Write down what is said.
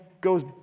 goes